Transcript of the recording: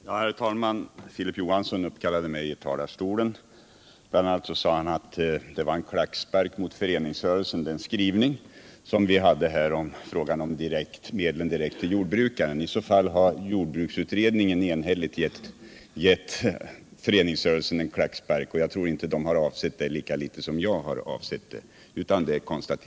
Herr talman! Filip Johansson uppkallade mig i talarstolen. Bl. a. sade han att skrivningen om medel direkt till jordbrukaren var en klackspark mot föreningsrörelsen. I så fall har jordbruksutredningen enhälligt gett föreningsrörelsen en klackspark. Men jag tror inte att utredningen har Nr 54 avsett det — lika litet som jag.